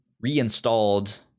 reinstalled